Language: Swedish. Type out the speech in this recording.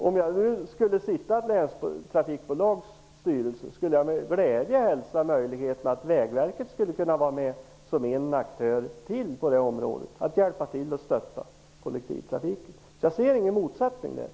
Om jag skulle sitta i en sådan styrelse nu skulle jag med glädje hälsa möjligheten för Vägverket att vara med som ännu en aktör på området - att kunna hjälpa till och stötta kollektivtrafiken. Jag ser alltså ingen motsättning här.